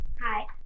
Hi